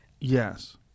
Yes